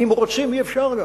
גם אם רוצים אי-אפשר.